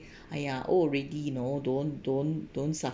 !aiya! old already you know don't don't don't